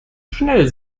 schnell